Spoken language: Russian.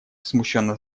смущенно